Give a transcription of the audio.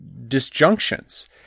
disjunctions